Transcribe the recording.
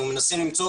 אנחנו מנסים למצוא